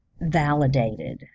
validated